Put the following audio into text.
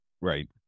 Right